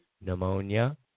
pneumonia